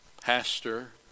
pastor